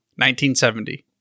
1970